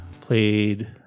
Played